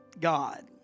God